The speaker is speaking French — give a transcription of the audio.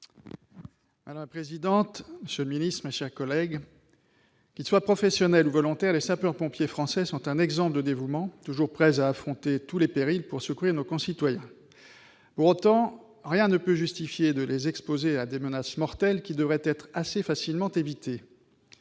M. le ministre de l'économie et des finances. Qu'ils soient professionnels ou volontaires, les sapeurs-pompiers français sont un exemple de dévouement, toujours prêts à affronter tous les périls pour secourir nos concitoyens. Pour autant, rien ne peut justifier de les exposer à des menaces mortelles qui devraient être assez facilement évitées.